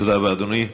תודה רבה, אדוני.